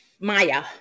Maya